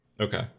Okay